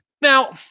Now